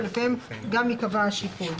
ולפיהם גם ייקבע השיפוי.